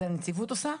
זה הנציבות עושה?